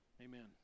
Amen